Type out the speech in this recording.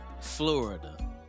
Florida